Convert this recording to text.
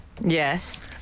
Yes